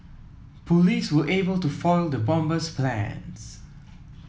police were able to foil the bomber's plans